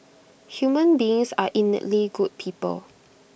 human beings are innately good people